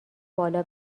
بالا